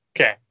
Okay